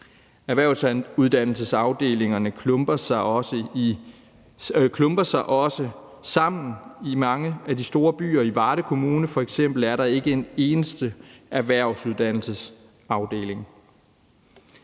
Erhvervsuddannelsesafdelingerne klumper sig også sammen i mange af de store byer. I f.eks. Varde Kommune er der ikke en eneste erhvervsuddannelsesafdeling.